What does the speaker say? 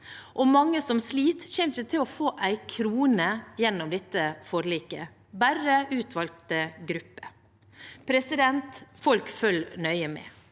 og mange som sliter, kommer ikke til å få en krone gjennom dette forliket, bare utvalgte grupper. Folk følger nøye med.